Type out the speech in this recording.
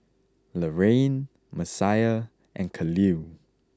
Laraine Messiah and Kahlil